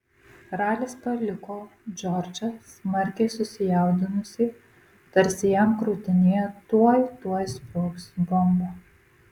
ralis paliko džordžą smarkiai susijaudinusį tarsi jam krūtinėje tuoj tuoj sprogs bomba